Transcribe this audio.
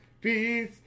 Peace